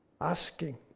asking